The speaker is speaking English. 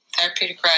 Therapeutic